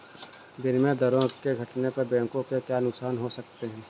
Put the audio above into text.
विनिमय दरों के घटने पर बैंकों को क्या नुकसान हो सकते हैं?